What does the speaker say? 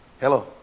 hello